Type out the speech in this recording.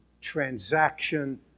transaction